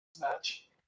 match